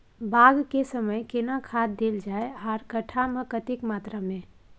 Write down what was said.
बाग के समय केना खाद देल जाय आर कट्ठा मे कतेक मात्रा मे?